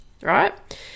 right